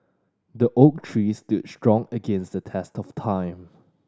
the oak tree stood strong against the test of time